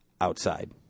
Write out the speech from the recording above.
outside